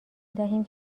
دهیم